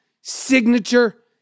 signature